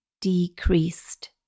decreased